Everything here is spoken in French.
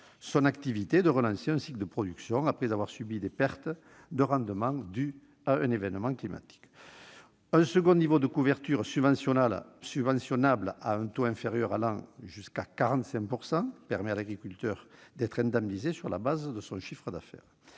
son activité et de relancer un cycle de production après avoir subi des pertes de rendement dues à un événement climatique. Un second niveau de couverture, subventionnable à un taux inférieur allant jusqu'à 45 %, permet à l'agriculteur d'être indemnisé sur la base de son chiffre d'affaires.